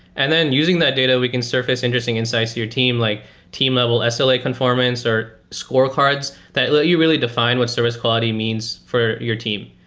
and then using that data, we can surface interesting insights to your team, like team level ah sla conformance or scorecards that let you really define what service quality means for your team.